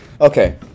Okay